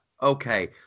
Okay